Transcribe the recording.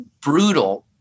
brutal